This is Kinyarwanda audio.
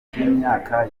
cy’imyaka